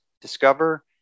Discover